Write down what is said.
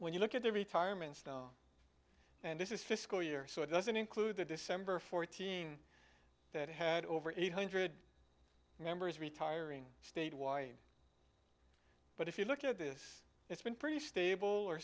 when you look at the retirements and this is fiscal year so it doesn't include the december fourteen that had over eight hundred members retiring statewide but if you look at this it's been pretty stable o